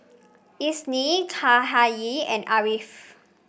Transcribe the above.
Isnin Cahaya and Ariff